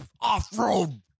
off-road